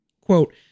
Quote